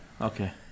Okay